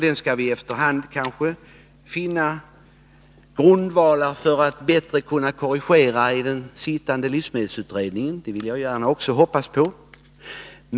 Den skall vi efter hand i den sittande livsmedelsutredningen finna grundvalar för att bättre kunna korrigera. Det vill jag gärna också hoppas på.